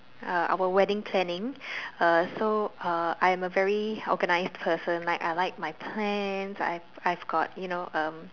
uh our wedding planning uh so uh I'm a very organized person like I like my plans I've I've got you know um